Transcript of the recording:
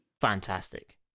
Fantastic